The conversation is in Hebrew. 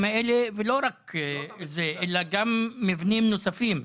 האלה ולא רק זה אלא גם מבנים נוספים,